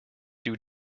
due